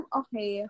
okay